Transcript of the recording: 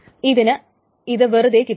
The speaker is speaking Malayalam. അപ്പോൾ ഇതിന് ഇത് വെറുതെ കിട്ടും